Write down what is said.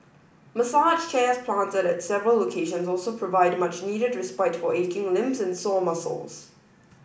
massage chairs planted at several locations also provide much needed respite for aching limbs and sore muscles